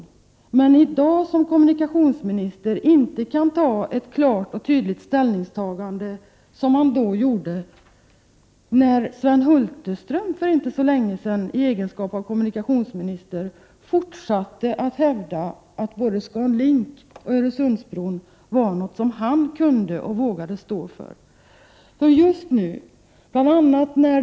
Varför kan Georg Andersson inte i dag som kommunikationsminister göra samma klara och tydliga ställningstagande som han gjorde när Sven Hulterström som kommunikationsminister för inte så länge sedan fortsatte att hävda att han kunde och vågade stå för både Scan Link och Öresundsbron?